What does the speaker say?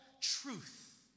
truth